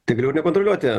tai geriau ir nekontroliuoti